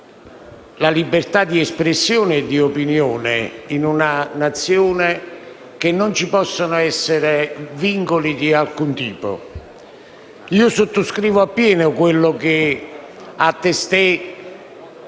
la libertà di espressione e di opinione di una Nazione ritengo che non ci possano essere vincoli di alcun tipo. Sottoscrivo appieno quello che ha testé